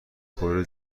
کره